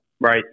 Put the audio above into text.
right